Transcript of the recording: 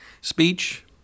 Speech